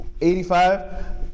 85